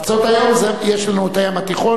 ארצות הים, יש לנו הים התיכון.